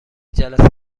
جلسه